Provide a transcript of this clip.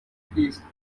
keys